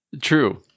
true